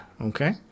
okay